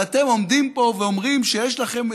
ואתם עומדים פה ואומרים שיש לכם,